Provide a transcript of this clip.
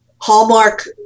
Hallmark